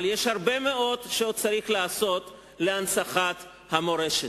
אבל יש הרבה מאוד שעוד צריך לעשות להנצחת המורשת.